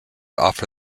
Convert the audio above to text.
offer